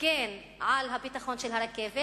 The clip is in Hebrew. הגן על הביטחון של הרכבת.